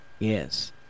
Yes